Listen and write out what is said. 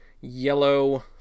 yellow